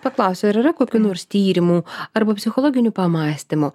paklausiu ar yra kokių nors tyrimų arba psichologinių pamąstymų